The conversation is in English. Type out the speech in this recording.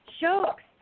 jokes